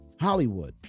Hollywood